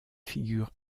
figurent